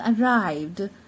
arrived